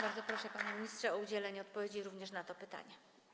Bardzo proszę, panie ministrze, o udzielenie odpowiedzi również na to pytanie.